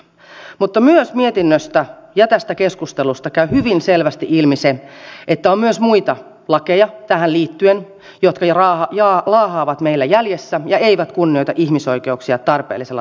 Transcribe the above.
mutta myös mietinnöstä ja tästä keskustelusta käy hyvin selvästi ilmi se että tähän liittyen on myös muita lakeja jotka laahaavat meillä jäljessä ja eivät kunnioita ihmisoikeuksia tarpeellisella tavalla